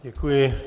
Děkuji.